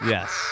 Yes